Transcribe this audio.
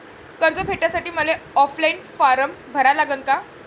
कर्ज भेटासाठी मले ऑफलाईन फारम भरा लागन का?